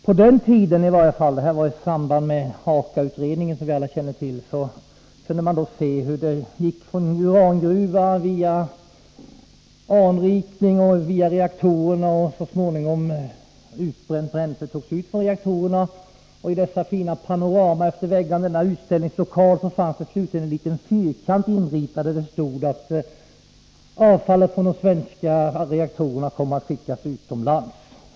På den tiden —i samband med Aka-utredningen, som vi alla känner till -— kunde man se processen från urangruva, via anrikning till reaktorerna, och hur så småningom utbränt bränsle togs ut från reaktorerna. I detta fina panorama i utställningslokalen fanns det mot slutet en liten fyrkant inritad där det stod att avfallet från de svenska reaktorerna kommer att skickas utomlands.